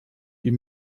wie